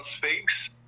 face